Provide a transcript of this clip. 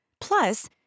Plus